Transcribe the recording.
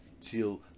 till